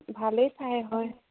ভালেই ঠাই হয়